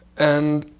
and